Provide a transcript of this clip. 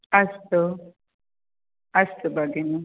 अस्तु अस्तु भगिनि